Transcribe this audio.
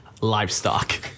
livestock